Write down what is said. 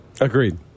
Agreed